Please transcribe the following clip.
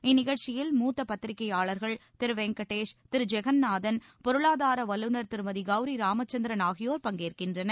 இந்நிகழ்ச்சியில் வெங்கடேஷ் பத்திரிகையாளர்கள் திரு முத்த திரு ஜெகந்நாதன் பொருளாதார வல்லுநர் திருமதி கௌரி ராமச்சந்திரன் ஆகியோர் பங்கேற்கின்றனர்